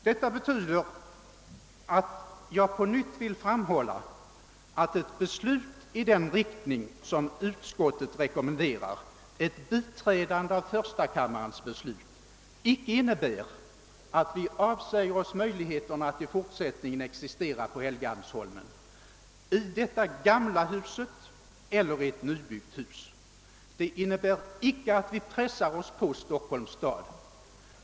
Detta betyder att jag på nytt velat framhålla att ett beslut i den riktning som utskottet rekommenderar, nämligen ett biträdande av första kammarens beslut, icke innebär att vi avsäger oss möjligheterna att i fortsättningen existera på Helgeandsholmen i detta gamla hus eller i ett nybyggt hus. Det innebär icke att vi pressar oss på Stockholms stad.